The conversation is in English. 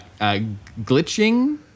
glitching